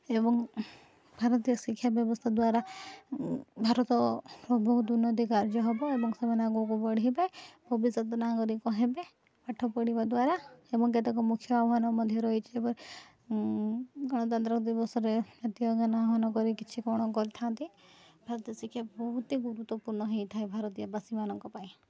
ଏବଂ ଭାରତୀୟ ଶିକ୍ଷା ବ୍ୟବସ୍ଥା ଦ୍ୱାରା ଭାରତର ବହୁତ ଉନ୍ନତି କାର୍ଯ୍ୟ ହବ ଏବଂ ସେମାନେ ଆଗକୁ ବଢ଼ିବେ ଭବିଷ୍ୟତ ନାଗରିକ ହେବେ ପାଠ ପଢ଼ିବା ଦ୍ୱାରା ଏବଂ କେତତକ ମୁଖ୍ୟ ଆହ୍ୱାନ ମଧ୍ୟ ରହିଛି ଗଣତନ୍ତ୍ର ଦିବସରେ ଜାତୀୟ ଗାନ ଆହ୍ୱାନ କରି କିଛି କ'ଣ କରିଥାନ୍ତି ଭାରତୀୟ ଶିକ୍ଷା ବହୁତ ଗୁରୁତ୍ୱପୂର୍ଣ୍ଣ ହେଇଥାଏ ଭାରତୀୟବାସୀମାନଙ୍କ ପାଇଁ